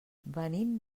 venim